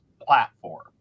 platform